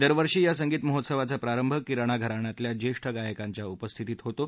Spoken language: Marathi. दरवर्षी या संगीत महोत्सवाचा प्रारंभ किराणा घराण्यातल्या ज्येष्ठ गायकाच्या उपस्थित होतो